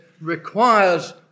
requires